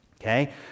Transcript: Okay